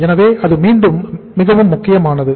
எனவே அது மீண்டும் மிகவும் முக்கியமானது